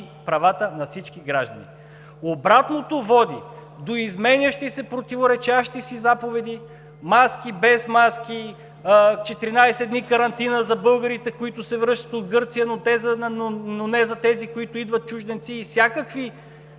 правата на всички граждани. Обратното води до изменящи се, противоречащи си заповеди – с маски, без маски, 14 дни карантина за българите, които се връщат от Гърция, но не за тези чужденци, които идват, и всякакви